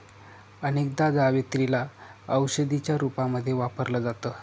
अनेकदा जावेत्री ला औषधीच्या रूपामध्ये वापरल जात